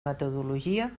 metodologia